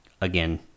again